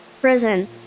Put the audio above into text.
prison